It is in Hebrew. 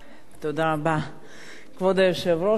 כבוד היושב-ראש, חברי חברי הכנסת,